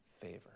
favor